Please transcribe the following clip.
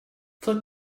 flick